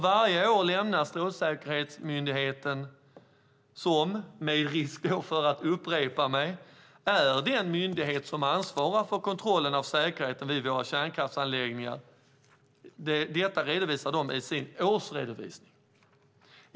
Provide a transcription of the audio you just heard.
Varje år lämnar Strålsäkerhetsmyndigheten som, med risk för att jag upprepar mig, är den myndighet som ansvarar för kontrollen av säkerheten vid våra kärnkraftsanläggningar, en årsredovisning.